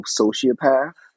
sociopath